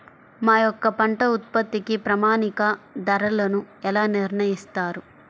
మా యొక్క పంట ఉత్పత్తికి ప్రామాణిక ధరలను ఎలా నిర్ణయిస్తారు?